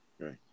Right